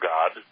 God